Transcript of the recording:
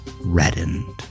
reddened